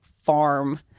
farm